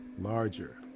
larger